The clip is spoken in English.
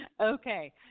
Okay